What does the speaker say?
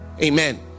Amen